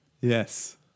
Yes